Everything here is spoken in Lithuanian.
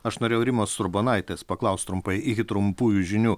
aš norėjau rimos urbonaitės paklaust trumpai iki trumpųjų žinių